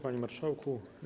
Panie Marszałku!